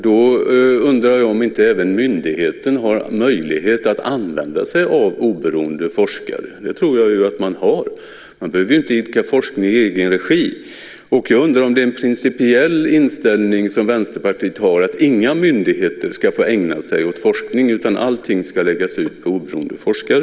Då undrar jag om inte även myndigheten har möjlighet att använda sig av oberoende forskare. Jag tror att man har det. Man behöver inte idka forskning i egen regi. Jag undrar om det är en principiell inställning som Vänsterpartiet har att inga myndigheter ska få ägna sig åt forskning utan att allting ska läggas ut på oberoende forskare.